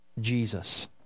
Jesus